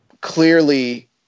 Clearly